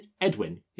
Edwin